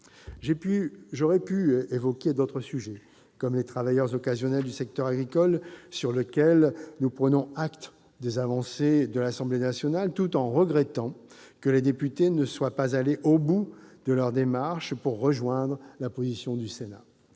J'aurais pu évoquer d'autres sujets, par exemple la question des travailleurs occasionnels du secteur agricole- pour ce qui les concerne, nous prenons acte des avancées de l'Assemblée nationale tout en regrettant que les députés ne soient pas allés au bout de leur démarche pour rejoindre la position du Sénat